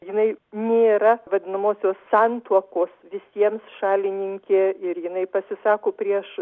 jinai nėra vadinamosios santuokos visiems šalininkė ir jinai pasisako prieš